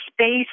space